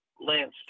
Lance